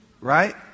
Right